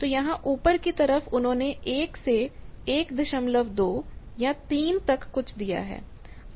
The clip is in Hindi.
तो यहां ऊपर की तरफ उन्होंने 1 से 12 या 3 तक कुछ दिया है